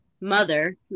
mother